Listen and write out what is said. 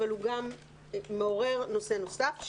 אבל הוא גם מעורר נושא נוסף,